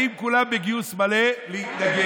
באים כולם בגיוס מלא להתנגד.